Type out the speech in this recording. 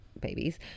babies